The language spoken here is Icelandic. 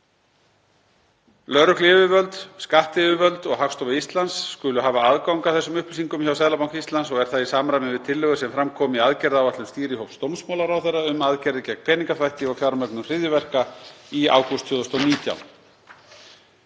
Lögregluyfirvöld, skattyfirvöld og Hagstofa Íslands skulu hafa aðgang að þessum upplýsingum hjá Seðlabanka Íslands og er það í samræmi við tillögur sem fram komu í aðgerðaáætlun stýrihóps dómsmálaráðherra um aðgerðir gegn peningaþvætti og fjármögnun hryðjuverka í ágúst 2019.